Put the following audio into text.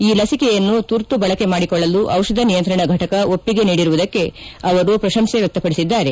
ಈ ಲಸಿಕೆಯನ್ನು ತುರ್ತು ಬಳಕೆ ಮಾಡಿಕೊಳ್ಳಲು ಔಷಧ ನಿಯಂತ್ರಣ ಘಟಕ ಒಪ್ಪಿಗೆ ನೀಡಿರುವುದಕ್ಕೆ ಅವರು ಪ್ರಶಂಸೆ ವ್ಯಕ್ತಪಡಿಸಿದ್ದಾರೆ